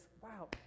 wow